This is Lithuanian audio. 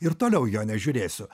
ir toliau jo nežiūrėsiu